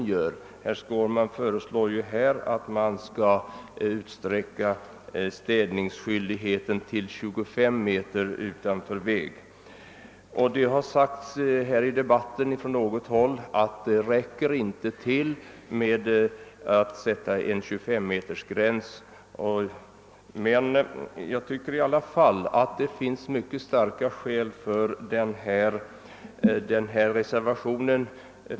Herr Skårman föreslår ju att städningsskyldigheten skall utsträckas till 25 meter utanför vägen. Det har från något håll under debatten sagts att en 25-metersgräns inte är tillräcklig, men jag tycker i alla fall att det finns mycket starka skäl för reservationen.